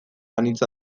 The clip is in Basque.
anitza